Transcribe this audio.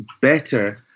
better